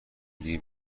دیگه